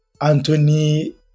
anthony